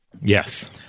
Yes